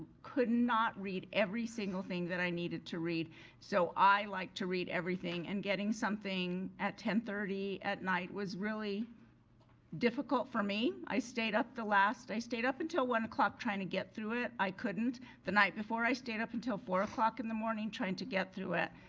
could not read every single thing that i needed to read so i like to read everything and getting something at ten thirty at night was really difficult for me. i stayed up the last, i stayed up until one o'clock trying to get through it. i couldn't. the night before i stayed up until four o'clock in the morning trying to get through it.